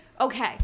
okay